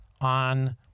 on